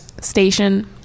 station